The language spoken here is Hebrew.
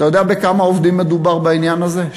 אתה יודע בכמה עובדים מדובר בעניין הזה?